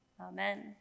Amen